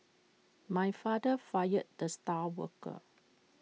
my father fired the star worker